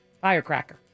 firecracker